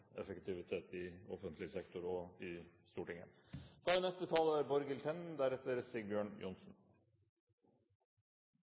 effektivitet i offentlig sektor og i Stortinget. Mye er